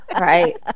right